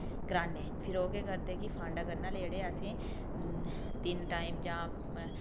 कराने फिर ओह् केह् करदे कि फांडा करने आह्ले जेह्ड़े असें तिन्न टाइम जां